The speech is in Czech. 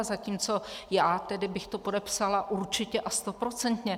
Zatímco já tedy bych to podepsala určitě a stoprocentně.